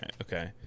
Okay